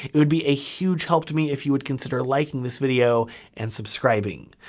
it would be a huge help to me if you would consider liking this video and subscribing.